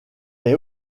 est